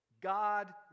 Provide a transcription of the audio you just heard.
God